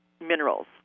Minerals